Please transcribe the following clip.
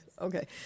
Okay